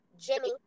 Jimmy